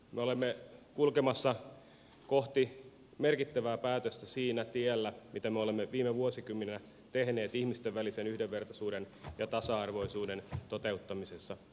me olemme kulkemassa kohti merkittävää päätöstä siinä tiellä mitä me olemme viime vuosikymmeninä tehneet ihmisten välisen yhdenvertaisuuden ja tasa arvoisuuden toteuttamisessa suomessa